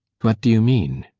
what do you mean?